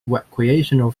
recreational